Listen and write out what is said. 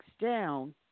down